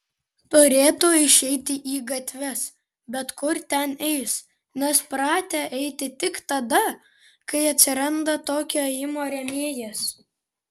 turėtų išeiti į gatves bet kur ten eis nes pratę eiti tik tada kai atsiranda tokio ėjimo rėmėjas